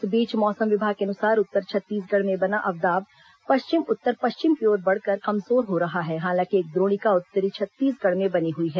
इस बीच मौसम विभाग के अनुसार उत्तर छत्तीसगढ़ में बना अवदाब पश्चिम उत्तर पश्चिम की ओर बढ़कर कमजोर हो रहा है हालांकि एक द्रोणिका उत्तरी छत्तीसगढ़ में बनी हुई है